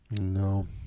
No